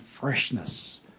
freshness